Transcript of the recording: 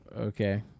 Okay